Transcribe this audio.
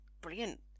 brilliant